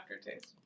aftertaste